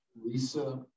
Lisa